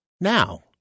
now